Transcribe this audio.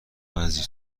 عزیز